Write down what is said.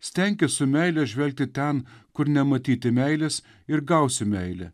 stenkis su meile žvelgti ten kur nematyti meilės ir gausi meilę